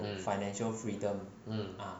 mm mm